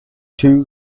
two